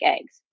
eggs